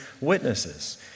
witnesses